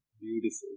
beautiful